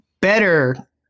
better